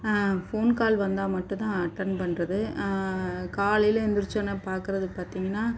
phone call வந்தால் மட்டும் தான் அட்டென் பண்ணுறது காலையில் எழுந்திரிச்சவொன்னே பார்க்கறது பார்த்தீங்கன்னா